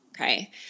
Okay